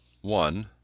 One